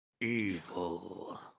Evil